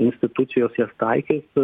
institucijos jas taikys